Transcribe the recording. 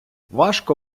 важко